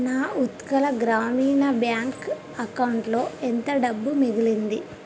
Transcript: నా ఉత్కళ గ్రామీణ బ్యాంక్ అకౌంటులో ఎంత డబ్బు మిగిలింది